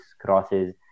crosses